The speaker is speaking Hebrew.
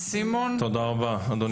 תודה רבה, אדוני